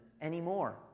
anymore